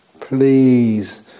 Please